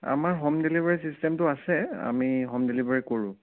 আমাৰ home delivery ছিষ্টেমটো আছে আমি হোম ডেলিভাৰী কৰোঁ